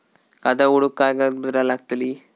खाता उघडूक काय काय कागदपत्रा लागतली?